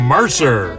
Mercer